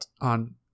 on